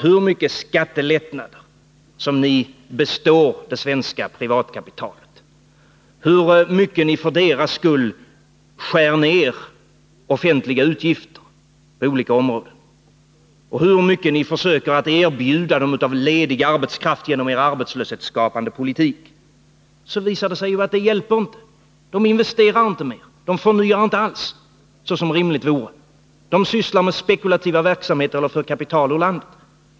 Hur mycket skattelättnader ni än består det svenska privatkapitalet, hur mycket ni än för de människornas skull skär ner offentliga utgifter på olika områden och hur mycket ni än försöker erbjuda dem ledig arbetskraft genom er arbetslös hetsskapande politik, så visar det ju sig att det inte hjälper — de investerar inte Nr 155 mer, de förnyar inte alls såsom rimligt vore. De sysslar med spekulativa verksamheter eller för kapital ur landet.